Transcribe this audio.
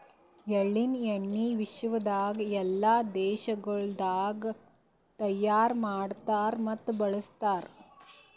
ಎಳ್ಳಿನ ಎಣ್ಣಿ ವಿಶ್ವದಾಗ್ ಎಲ್ಲಾ ದೇಶಗೊಳ್ದಾಗ್ ತೈಯಾರ್ ಮಾಡ್ತಾರ್ ಮತ್ತ ಬಳ್ಸತಾರ್